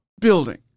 building